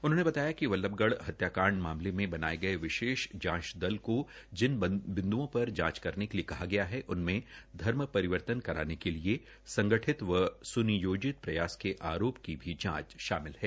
उन्होंने बताया कि बल्लभ गढ़ मामले मे बनाये गये विशेष जांच दल को जिन बिन्दुओं पर जांच करने के लिए कहा गया है उनमें धर्म परिवर्तन कराने के लएि संगठित व स्नियोजित प्रयास के आरोप की जांच भी शामिल है